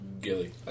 Gilly